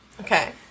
Okay